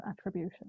attribution